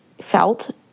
felt